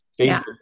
facebook